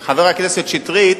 חבר הכנסת שטרית,